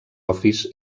office